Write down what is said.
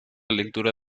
lectura